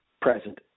present